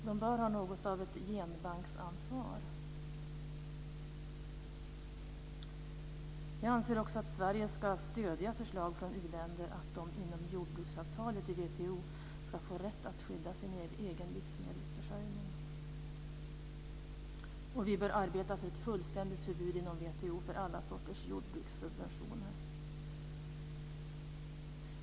De bör ha något av ett genbanksansvar. Jag anser också att Sverige ska stödja förslag från u-länder att de inom jordbruksavtalet i WTO ska få rätt att skydda sin egen livsmedelsförsörjning. Vi bör arbeta för ett fullständigt förbud inom WTO för alla sorters jordbrukssubventioner.